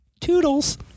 Toodles